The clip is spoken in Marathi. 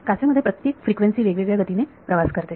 काचेमध्ये प्रत्येक फ्रिक्वेन्सी वेगवेगळ्या गतीने प्रवास करते